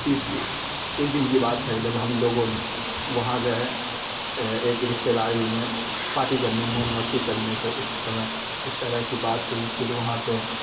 چیز کی ایک دن کی بات ہے جب ہم لوگوں نے وہاں گئے ایک رشتے داری میں پارٹی کرنے موج مستی کرنے تو اس سمے اس طرح کی بات ہوئی پھر وہاں پہ